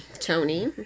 Tony